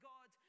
God